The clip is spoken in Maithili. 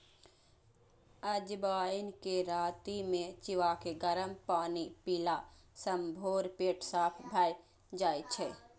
अजवाइन कें राति मे चिबाके गरम पानि पीला सं भोरे पेट साफ भए जाइ छै